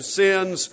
sins